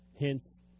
Hence